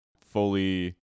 fully